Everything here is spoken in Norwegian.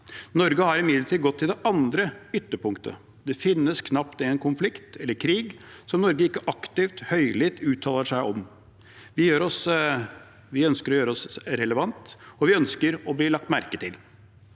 Norge har imidlertid gått til det andre ytterpunktet. Det finnes knapt en konflikt eller krig som ikke Norge aktivt og høylytt uttaler seg om. Vi ønsker å gjøre oss relevant, og vi ønsker å bli lagt merke til.